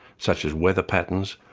such as weather patterns,